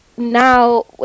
now